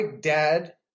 dad